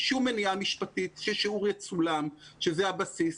שום מניעה משפטית ששיעור יצולם, שזה הבסיס.